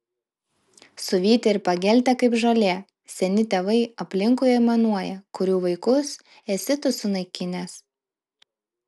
suvytę ir pageltę kaip žolė seni tėvai aplinkui aimanuoja kurių vaikus esi tu sunaikinęs